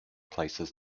places